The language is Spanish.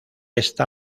esta